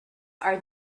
are